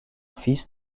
fils